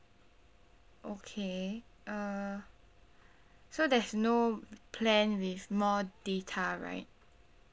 okay uh so there's no plan with more data right